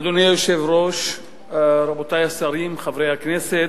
אדוני היושב-ראש, רבותי השרים, חברי הכנסת,